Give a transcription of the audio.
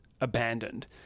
abandoned